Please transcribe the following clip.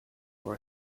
were